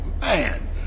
man